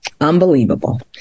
unbelievable